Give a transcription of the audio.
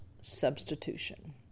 substitution